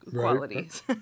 qualities